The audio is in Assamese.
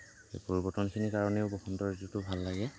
এই পৰিবৰ্তনখিনিৰ কাৰণেও বসন্ত ঋতুটো ভাল লাগে